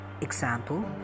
Example